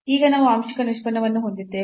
ಈಗ ನಾವು ಆಂಶಿಕ ನಿಷ್ಪನ್ನವನ್ನು ಹೊಂದಿದ್ದೇವೆ